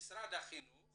במשרד החינוך